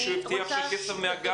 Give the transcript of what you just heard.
מישהו הבטיח שיגיע כסף מהגז.